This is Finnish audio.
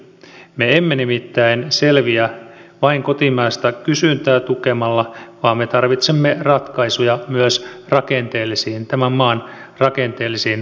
me emme nimittäin selviä vain kotimaista kysyntää tukemalla vaan me tarvitsemme ratkaisuja myös tämän maan rakenteellisiin ongelmiin